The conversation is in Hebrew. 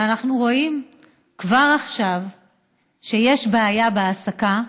אנחנו רואים כבר עכשיו שיש בעיה בהעסקה,